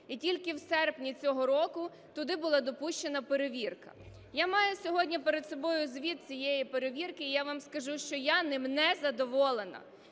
І тільки в серпні цього року туди була допущена перевірка. Я маю сьогодні перед собою звіт цієї перевірки і я вам скажу, що я ним незадоволена.